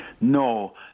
No